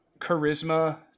charisma